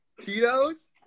Tito's